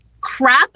crap